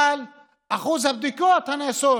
אבל אחוז הבדיקות הנעשות